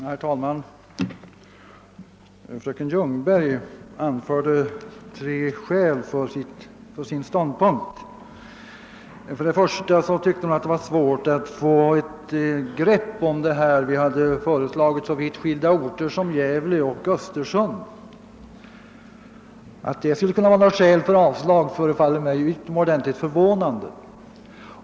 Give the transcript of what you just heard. Herr talman! Fröken Ljungberg anförde tre skäl för sin ståndpunkt. För det första tyckte hon att det var svårt att få ett grepp om saken eftersom det föreslagits så vitt skilda orter som Gävle och Östersund. Att detta kan vara något skäl för avslag förefaller mig utomordentligt förvånande.